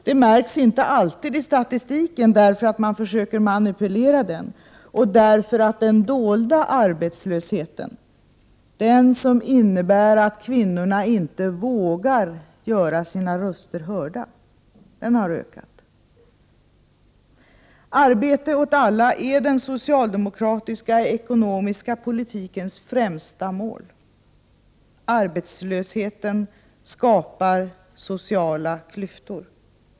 Det märks inte alltid i statistiken därför att man försöker manipulera den och därför att den dolda arbetslösheten — den som innebär att kvinnorna inte vågar göra sina röster hörda — har ökat. Arbete åt alla är den socialdemokratiska ekonomiska politikens främsta mål. Arbetslösheten skapar sociala klyftor.